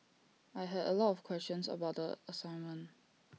I had A lot of questions about the assignment